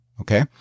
Okay